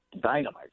dynamite